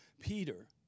Peter